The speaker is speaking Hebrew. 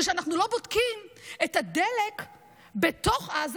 זה שאנחנו לא בודקים את הדלק בתוך עזה,